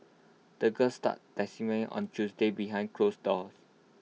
the girl started on Tuesday behind close doors